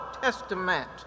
testament